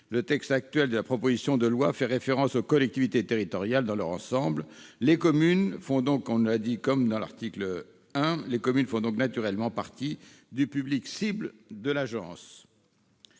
le texte actuel de la proposition de loi fait référence aux collectivités territoriales dans leur ensemble. Comme nous l'avons dit à l'article 1, les communes font donc naturellement partie du public cible de l'agence.